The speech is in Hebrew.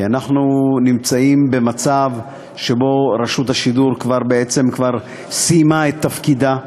כי אנחנו נמצאים במצב שרשות השידור בעצם כבר סיימה את תפקידה,